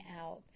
out